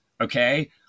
okay